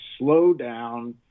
slowdown